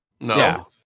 No